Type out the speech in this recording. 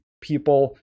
people